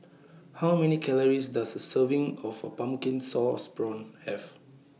How Many Calories Does A Serving of A Pumpkin Sauce Prawns Have